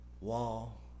wall